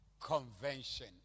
Convention